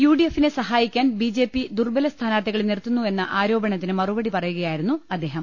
U ഡി എഫിനെ സഹായിക്കാൻ ബി ജെപി ദുർബല സ്ഥാനാർത്ഥികളെ നിർത്തുന്നുവെന്ന ആരോപണത്തിന് മറുപടി പറയുകയായിരുന്നു അദ്ദേഹം